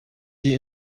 die